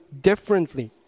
differently